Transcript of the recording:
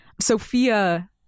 sophia